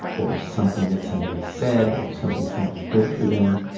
or something that somebody said, or something someone did for them.